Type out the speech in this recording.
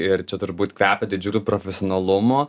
ir čia turbūt kvepia didžiuliu profesionalumu